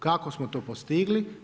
Kako smo to postigli?